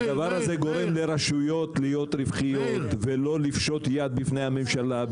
הדבר הזה גורם לרשויות להיות רווחיות ולא לפשוט יד בפני הממשלה,